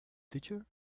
teacher